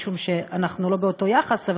הרי אנחנו לא באותו יחס,